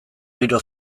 giro